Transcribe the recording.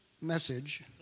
message